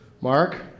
Mark